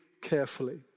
carefully